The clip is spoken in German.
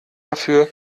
dafür